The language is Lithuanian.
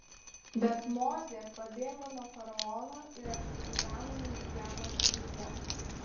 bet mozė pabėgo nuo faraono ir apsigyveno midjano šalyje